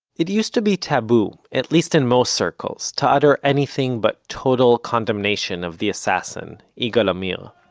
it used to be taboo, at least in most circles, to utter anything but total condemnation of the assassin, yigal amir.